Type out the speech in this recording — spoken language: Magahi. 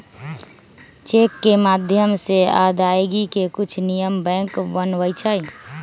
चेक के माध्यम से अदायगी के कुछ नियम बैंक बनबई छई